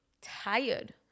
tired